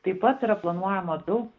taip pat yra planuojama daug